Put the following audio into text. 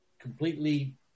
completely